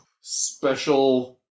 special